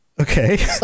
Okay